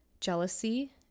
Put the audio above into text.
jealousy